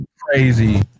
crazy